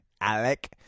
Alec